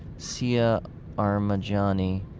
siah armajani,